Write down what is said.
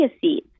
seeds